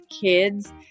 kids